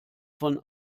von